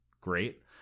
great